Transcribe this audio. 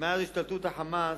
מאז השתלטות ה"חמאס"